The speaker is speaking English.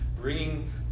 bringing